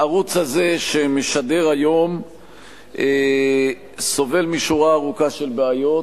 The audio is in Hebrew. הערוץ הזה שמשדר היום סובל משורה ארוכה של בעיות,